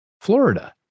Florida